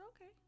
okay